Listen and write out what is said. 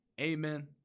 amen